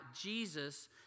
Jesus